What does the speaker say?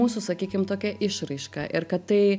mūsų sakykim tokia išraiška ir kad tai